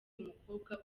umukobwa